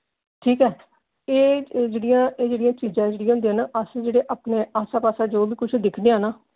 एह् जेह्ड़ियां एह् जेह्ड़ियां चीजां जेह्ड़ियां होंदियां न अस जेह्ड़े आस्सै पास्सै जो बी कुछ दिक्खने आं ना